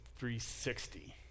360